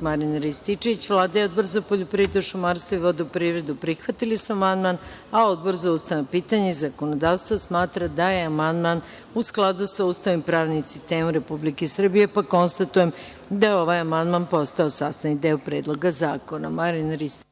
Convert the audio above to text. Marijan Rističević. Vlada i Odbor za poljoprivredu, šumarstvo i vodoprivredu prihvatili su amandman. Odbor za ustavna pitanja i zakonodavstvo smatra da je amandman u skladu sa Ustavom i pravnim sistemom Republike Srbije. Konstatujem da je ovaj amandman postao sastavni deo Predloga zakona. Reč